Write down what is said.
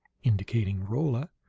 indicating rolla,